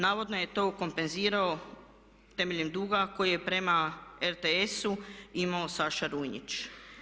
Navodno je to kompenzirao temeljem duga koji je prema RTS-u imao Saša Runjić.